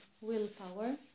willpower